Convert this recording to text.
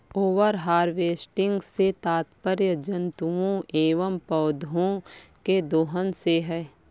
over harvesting से तात्पर्य जंतुओं एंव पौधौं के दोहन से है